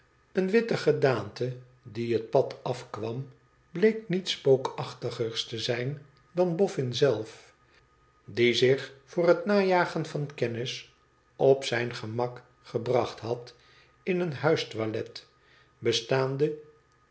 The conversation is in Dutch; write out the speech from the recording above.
eene witte gedaante die het pad afkwam bleek niets spookachtigers te zijn dan bofn zelf die zich voor het najagen van kennis op zijn gemak gebracht had in een huistoilet bestaande